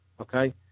okay